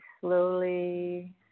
slowly